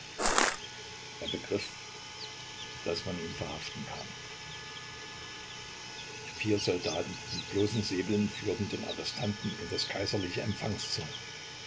er begriff daß man ihn verhaften kam vier soldaten mit bloßen säbeln führten den arrestanten in das kaiserliche empfangszimmer